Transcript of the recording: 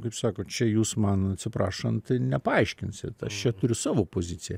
kaip sakot čia jūs man atsiprašant nepaaiškinsit aš čia turiu savo poziciją